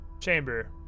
chamber